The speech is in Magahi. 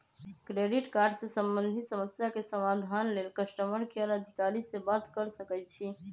क्रेडिट कार्ड से संबंधित समस्या के समाधान लेल कस्टमर केयर अधिकारी से बात कर सकइछि